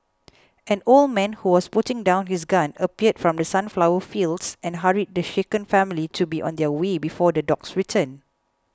an old man who was putting down his gun appeared from the sunflower fields and hurried the shaken family to be on their way before the dogs return